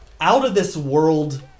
out-of-this-world